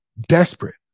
desperate